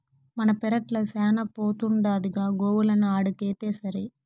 మన పెరట్ల శానా బోతుండాదిగా గోవులను ఆడకడితేసరి